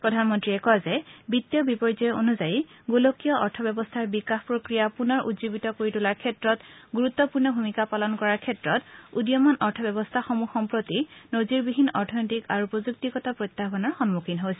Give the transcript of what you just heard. প্ৰধানমন্ৰীয়ে কয় যে বিত্তীয় বিপৰ্যয় অনুযায়ী গোলকীয় অৰ্থব্যৱস্থাৰ বিকাশ প্ৰক্ৰিয়া পুনৰ উজ্জীৱিত কৰি তোলাৰ ক্ষেত্ৰত গুৰুত্বপূৰ্ণ ভূমিকা পালন কৰাৰ ক্ষেত্ৰত উদীয়মান অৰ্থ ব্যৱস্থাসমূহ সম্প্ৰতি নজিৰবিহীন অৰ্থনৈতিক আৰু প্ৰযুক্তিগত প্ৰত্যাহানৰ সন্মুখীন হৈছে